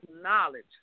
knowledge